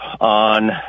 on